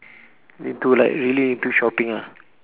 into like really into shopping ah